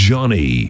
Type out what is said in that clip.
Johnny